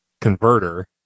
converter